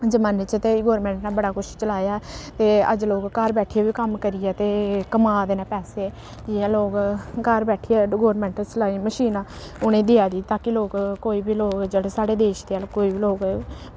जमान्ने च ते गौरमैंट ने बड़ा कुछ चलाया ते अज्ज लोग घर बैठियै बी कम्म करियै ते कमाऽ दे न पैसे जि'यां लोग घर बैठियै गौरमैंट सलाई मशीनां उ'नें गी देआ दी ताकि लोक कोई बी लोक जेह्ड़े साढ़े देश दे हैन कोई बी लोग